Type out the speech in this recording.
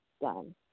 done